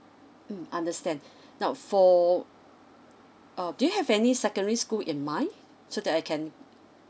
mm understand now for uh do you have any secondary school in mind so that I can